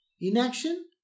inaction